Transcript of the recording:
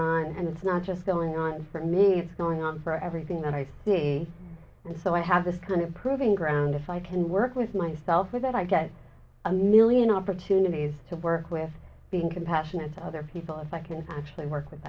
on and it's not just going on for me it's going on for everything that i see and so i have this kind of proving ground if i can work with myself with that i get a million opportunities to work with being compassionate other people if i can actually work with